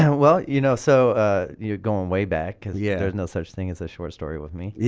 and well, you know so you're going way back cause yeah there's no such thing as a short story with me yeah